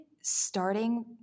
starting